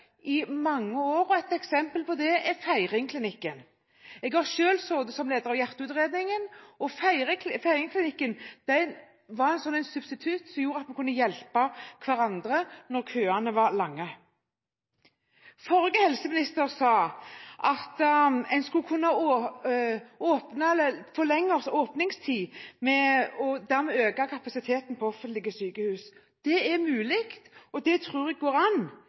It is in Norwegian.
i mange år. Et eksempel på det er Feiringklinikken. Jeg har selv sittet som leder av hjerteutredningen. Feiringklinikken var et substitutt, som gjorde at vi kunne hjelpe hverandre når køene var lange. Forrige helseminister sa at en skulle forlenge åpningstidene og dermed øke kapasiteten ved offentlige sykehus. Det er mulig – jeg tror det går an